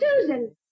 Susan